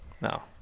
no